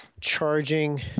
charging